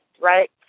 right